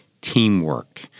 teamwork